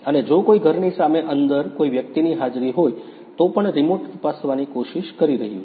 અને જો કોઈ ઘરની સામે અંદર કોઈ વ્યક્તિની હાજરી હોય તો પણ રિમોટ તપાસવાની કોશિશ કરી રહ્યો છે